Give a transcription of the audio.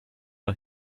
are